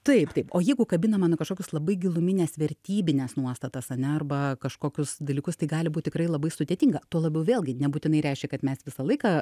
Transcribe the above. taip taip o jeigu kabina mano kažkokius labai gilumines vertybines nuostatas ane arba kažkokius dalykus tai gali būti tikrai labai sudėtinga tuo labiau vėlgi nebūtinai reiškia kad mes visą laiką